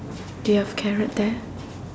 do you have carrot there